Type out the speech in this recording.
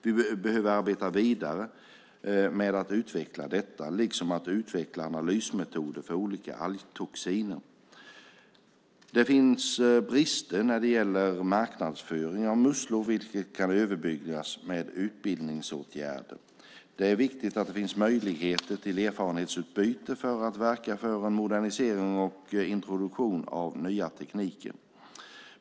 Vi behöver arbeta vidare med att utveckla detta, liksom att utveckla analysmetoder för olika algtoxiner. Det finns brister när det gäller marknadsföring av musslor vilket kan överbryggas med utbildningsåtgärder. Det är viktigt att det finns möjligheter till erfarenhetsutbyte för att verka för en modernisering och introduktion av nya tekniker.